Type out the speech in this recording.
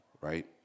right